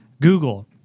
Google